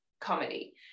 comedy